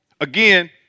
Again